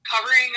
covering